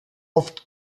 oft